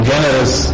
generous